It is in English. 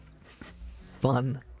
fun